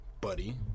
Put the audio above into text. buddy